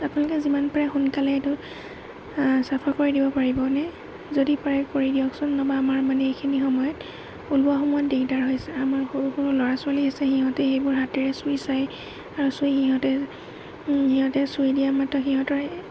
আপোনালোকে যিমান পাৰে সোনকালে এইটো চাফা কৰি দিব পাৰিবনে যদি পাৰে কৰি দিয়কচোন নহ'বা আমাৰ মানে এইখিনি সময়ত ওলোৱা সোমোৱাত দিগদাৰ হৈছে আমাৰ সৰু সৰু ল'ৰা ছোৱালী আছে সিহঁতে সেইবোৰ হাতেৰে চুই চায় আৰু চুই সিহঁতে সিহঁতে চুই দিয়া মাত্ৰক সিহঁতৰ